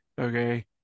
okay